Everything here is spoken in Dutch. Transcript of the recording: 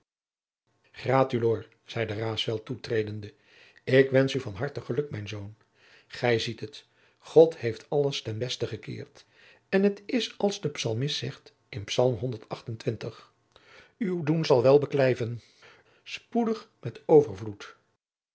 gratulor zeide raesfelt toetredende ik wensch u van harte geluk mijn zoon gij ziet het god heeft alles ten beste gekeerd en het is als de psalmist zegt in salm doen zal wel beklijven spoedig met